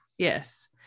Yes